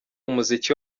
umuziki